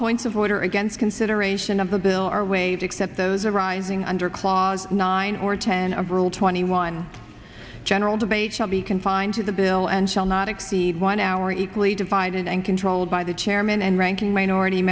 points of order against consideration of the bill are waived except those arising under clause nine or ten of rule twenty one general debate shall be confined to the bill and shall not exceed one hour equally divided and controlled by the chairman and ranking minority